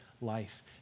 life